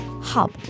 Hub